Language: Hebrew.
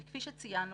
כפי שציינו,